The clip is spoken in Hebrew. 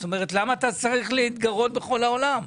למה אתה צריך להתגרות בכל העולם?